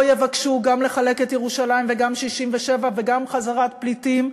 יבקשו גם לחלק את ירושלים וגם 67' וגם חזרת פליטים,